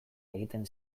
egiten